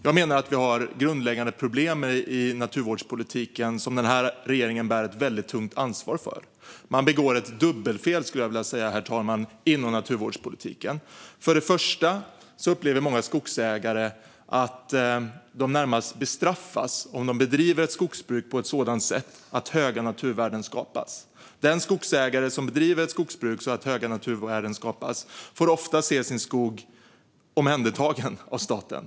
Jag menar att vi har grundläggande problem i naturvårdspolitiken som den här regeringen bär ett tungt ansvar för. Man begår ett dubbelfel inom naturvårdspolitiken, herr talman. Det första är att många skogsägare upplever att de närmast bestraffas om de bedriver skogsbruk på ett sådant sätt att höga naturvärden skapas. Den skogsägare som bedriver ett skogsbruk så att höga naturvärden skapas får ofta se sin skog omhändertas av staten.